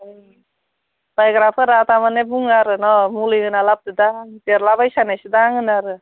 बायग्राफोरा थारमाने बुङो आरो न' मुलि होना लाबोदोंदां देरलाबाय सानायसोदां होनो आरो